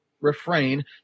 refrain